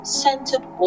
centered